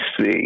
see